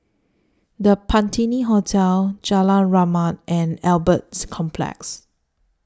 The Patina Hotel Jalan Rahmat and Albert Complex